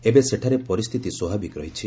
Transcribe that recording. ଏବେ ସେଠାରେ ପରିସ୍ଥିତି ସ୍ୱାଭାବିକ୍ ରହିଛି